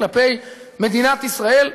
כלפי מדינת ישראל,